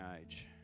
age